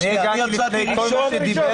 אני אעשה את זה ממש ממש קצר,